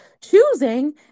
choosing